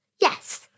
Yes